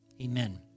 Amen